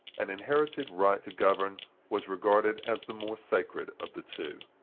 an inherited right to govern was regarded as the most sacred of the two.